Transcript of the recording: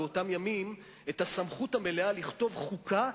מאותן הסתייגויות.